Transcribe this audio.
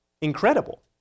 incredible